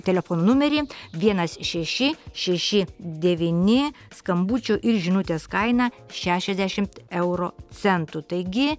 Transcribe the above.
telefono numerį vienas šeši šeši devyni skambučių ir žinutės kaina šešiasdešimt euro centų taigi